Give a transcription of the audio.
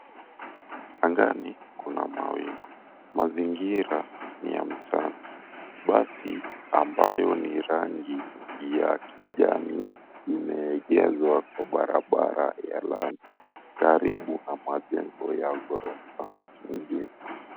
Angani kuna mawingu. Mazingira ni ya mchana. Basi ambayo ni rangi ya kijani imeegezwa kwa barabara ya lami karibu na majengo ya ghorofa nyingi.